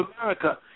America